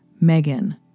Megan